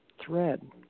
thread